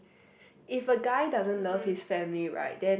if a guy doesn't love his family right then